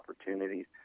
opportunities